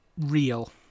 real